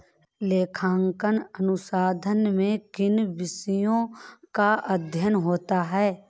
लेखांकन अनुसंधान में किन विषयों का अध्ययन होता है?